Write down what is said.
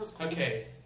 Okay